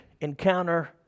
encounter